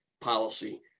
policy